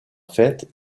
fête